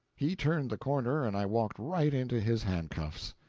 he turned the corner and i walked right into his handcuffs.